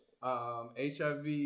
HIV